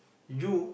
you